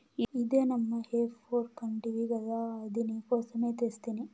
ఇదే నమ్మా హే ఫోర్క్ అంటివి గదా అది నీకోసమే తెస్తిని